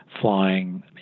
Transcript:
flying